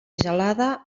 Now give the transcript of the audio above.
gelada